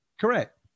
Correct